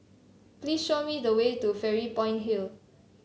please show me the way to Fairy Point Hill